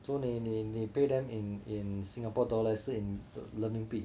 so 你你你 pay them in in singapore dollars 还是 in 人民币